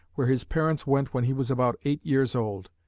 where his parents went when he was about eight years old.